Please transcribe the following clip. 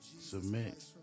submit